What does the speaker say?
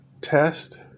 Test